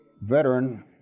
Veteran